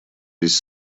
весь